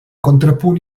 contrapunt